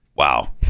Wow